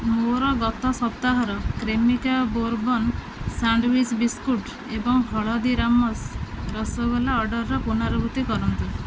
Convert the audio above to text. ମୋର ଗତ ସପ୍ତାହର କ୍ରେମିକା ବୋର୍ବନ୍ ସ୍ୟାଣ୍ଡ୍ୱିଚ୍ ବିସ୍କୁଟ୍ ଏବଂ ହଳଦୀରାମ୍ସ୍ ରସଗୋଲା ଅର୍ଡ଼ର୍ର ପୁନରାବୃତ୍ତି କରନ୍ତୁ